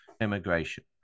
immigration